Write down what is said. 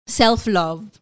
self-love